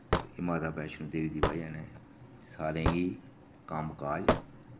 ते माता वैश्णो देवी दी बजह नै सारें गी कम्मकाज